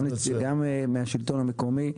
גם מהשלטון המקומי,